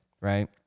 right